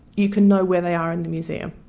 you can know where they are in the museum,